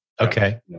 Okay